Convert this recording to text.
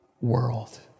world